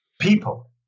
People